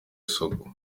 isoko